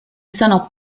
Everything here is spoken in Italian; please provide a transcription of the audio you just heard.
sono